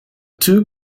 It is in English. two